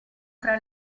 fra